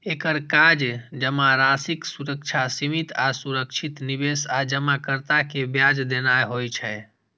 एकर काज जमाराशिक सुरक्षा, सीमित आ सुरक्षित निवेश आ जमाकर्ता कें ब्याज देनाय होइ छै